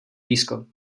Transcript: blízko